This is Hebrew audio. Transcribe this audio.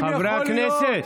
חברי הכנסת.